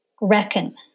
reckon